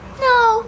No